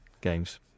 games